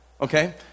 Okay